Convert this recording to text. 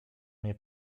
mnie